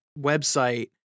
website